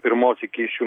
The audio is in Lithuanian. pirmos iki šių